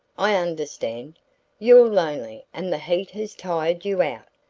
i understand. you're lonely and the heat has tired you out.